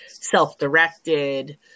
self-directed